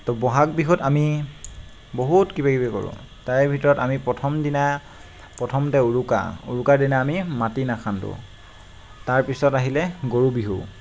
ত' ব'হাগ বিহুত আমি বহুত কিবাকিবি কৰো তাৰে ভিতৰত আমি প্ৰথম দিনা প্ৰথমতে উৰুকা উৰুকাৰ দিনা আমি মাটি নাখান্দো তাৰপিছত আহিলে গৰু বিহু